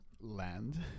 Land